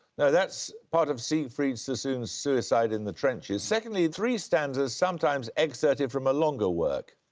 no, that's part of siegfried sassoon's suicide in the trenches. secondly, three stanzas sometimes excerpted from a longer work.